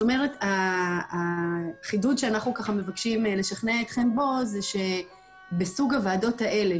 זאת אומרת החידוד שאנחנו מבקשים לשכנע אתכם בו זה שבסוג הוועדות האלה,